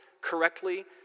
correctly